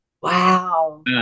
Wow